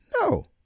No